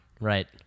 right